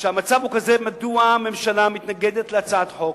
כשהמצב הוא כזה, מדוע הממשלה מתנגדת להצעת חוק